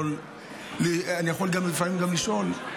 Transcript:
אני יכול לפעמים גם לשאול,